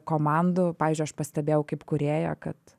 komandų pavyzdžiui aš pastebėjau kaip kūrėja kad